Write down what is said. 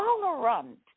tolerant